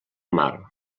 mar